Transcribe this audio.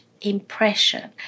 impression